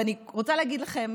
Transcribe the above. ואני רוצה להגיד לכם,